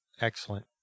Excellent